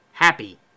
Happy